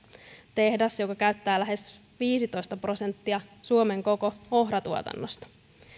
tehdas joka käyttää lähes viisitoista prosenttia suomen koko ohratuotannosta